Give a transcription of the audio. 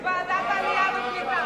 בוועדת העלייה והקליטה.